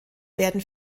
werden